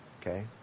Okay